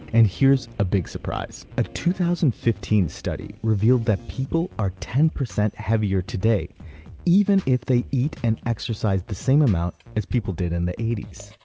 and here's a big surprise. a two thousand and fifteen study revealed that people are ten percent heavier today even if they eat and exercise the same amount as people did in the eighty s.